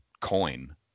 coin